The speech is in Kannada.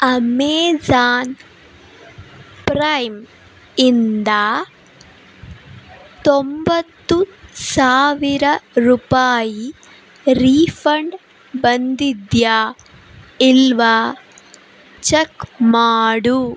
ಅಮೆಜಾ಼ನ್ ಪ್ರೈಮ್ ಇಂದ ತೊಂಬತ್ತು ಸಾವಿರ ರೂಪಾಯಿ ರೀಫಂಡ್ ಬಂದಿದೆಯಾ ಇಲ್ಲವಾ ಚಕ್ ಮಾಡು